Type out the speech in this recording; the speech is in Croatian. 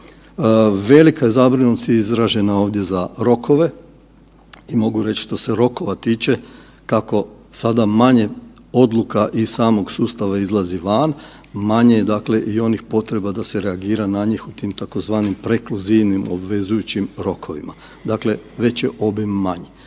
Velika je zabrinutost izražena ovdje za rokove i mogu reći što se rokova tiče, kako sada manje odluka iz samog sustava izlazi van, manje je dakle i onih potreba da se reagira na njih u tim, tzv. prekluzivnim obvezujućim rokovima, dakle, već je obim manji.